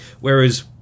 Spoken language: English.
whereas